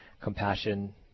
Compassion